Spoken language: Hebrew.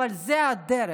אבל זו הדרך,